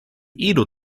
edo